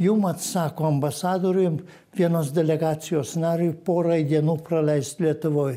jum atsako ambasadoriui vienos delegacijos nariui porai dienų praleist lietuvoj